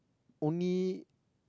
only